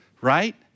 Right